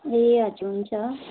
ए हजुर हुन्छ